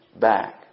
back